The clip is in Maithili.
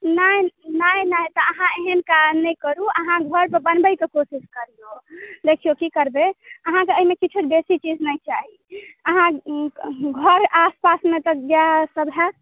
नहि नहि नहि तऽ अहाँ एहन काज नहि करू अहाँ घर पर बनबैके कोशिश करियो देखियो की करबै अहाँके एहिमे किछौ बेशी चीज नहि चाही अहाँ घर आस पासमे तऽ गाय सब होयत